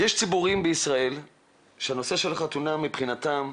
יש ציבורים בישראל שהנושא של החתונה מבחינתם,